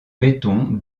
béton